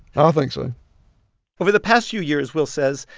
and think so over the past few years, will says,